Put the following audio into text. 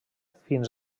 fins